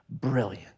Brilliant